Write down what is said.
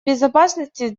безопасности